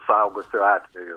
suaugusių atveju